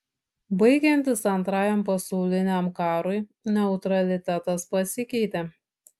baigiantis antrajam pasauliniam karui neutralitetas pasikeitė